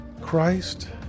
Christ